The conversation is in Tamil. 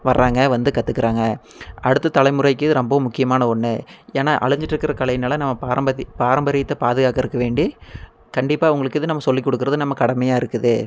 வர்றாங்க வந்து கற்றுக்குறாங்க அடுத்த தலைமுறைக்கு ரொம்பவும் முக்கியமான ஒன்று ஏன்னா அழிஞ்சுட்ருக்குற கலைனால நம்ம பாரம்பதி பாரம்பரியத்தை பாதுகாக்கறக்கு வேண்டி கண்டிப்பாக அவங்களுக்கு இது நம்ம சொல்லிக் கொடுக்குறது நம்ம கடமையாக இருக்குது